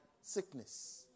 sickness